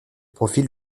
profil